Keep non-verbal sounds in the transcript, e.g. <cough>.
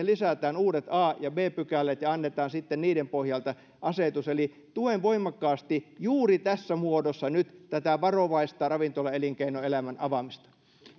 <unintelligible> lisätään uudet viisikymmentäkahdeksan a ja b pykälät ja annetaan sitten niiden pohjalta asetus eli tuen voimakkaasti juuri tässä muodossa nyt tätä varovaista ravintolaelinkeinoelämän avaamista